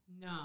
No